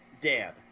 dead